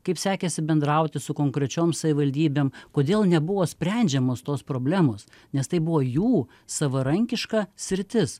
kaip sekėsi bendrauti su konkrečiom savivaldybėm kodėl nebuvo sprendžiamos tos problemos nes tai buvo jų savarankiška sritis